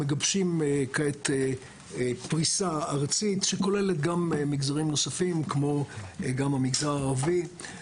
מגבשים כעת פריסה ארצית שכוללת גם מגזרים נוספים כמו גם המגזר הערבי.